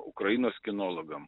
ukrainos kinologam